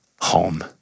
home